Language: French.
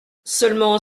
seulement